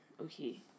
okay